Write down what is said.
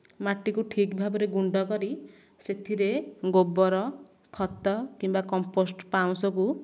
ମାଟିକୁ ଠିକ ଭାବରେ ଗୁଣ୍ଡ କରି ସେଥିରେ ଗୋବର ଖତ କିମ୍ବା କମ୍ପୋଷ୍ଟ ପାଉଁଶକୁ